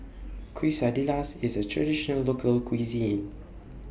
Quesadillas IS A Traditional Local Cuisine